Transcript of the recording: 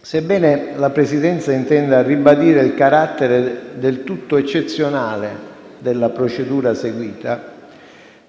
Sebbene la Presidenza intenda ribadire il carattere del tutto eccezionale della procedura seguita,